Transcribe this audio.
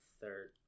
third